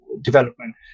development